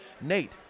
Nate